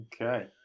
Okay